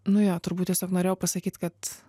nu jo turbūt tiesiog norėjau pasakyt kad